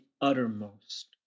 uttermost